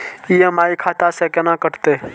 EMI खाता से केना कटते?